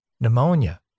pneumonia